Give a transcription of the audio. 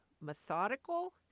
methodical